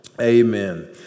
Amen